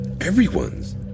everyone's